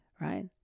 Right